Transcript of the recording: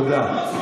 אתה אפס.